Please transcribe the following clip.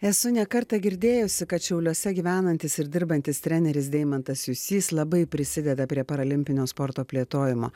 esu ne kartą girdėjusi kad šiauliuose gyvenantis ir dirbantis treneris deimantas jusys labai prisideda prie paralimpinio sporto plėtojimo